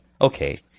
okay